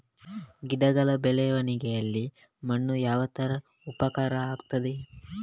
ಗಿಡಗಳ ಬೆಳವಣಿಗೆಯಲ್ಲಿ ಮಣ್ಣು ಯಾವ ತರ ಉಪಕಾರ ಆಗ್ತದೆ?